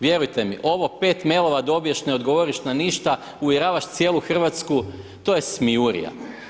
Vjerujte mi ovo, pet mailova dobiješ, ne odgovoriš na ništa, uvjeravaš cijelu Hrvatsku, to je smijurija.